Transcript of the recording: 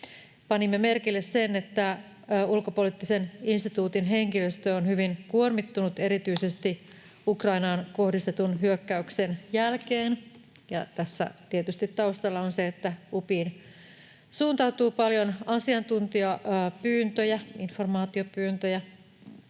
Panimme merkille sen, että Ulkopoliittisen instituutin henkilöstö on hyvin kuormittunut, erityisesti Ukrainaan kohdistetun hyökkäyksen jälkeen, ja tässä tietysti taustalla on se, että UPIin suuntautuu paljon asiantuntijapyyntöjä, informaatiopyyntöjä,